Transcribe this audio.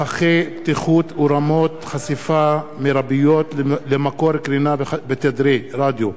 (טווחי בטיחות ורמות חשיפה מרביות למקור קרינה בתדרי רדיו),